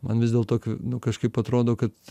man vis dėlto nu kažkaip atrodo kad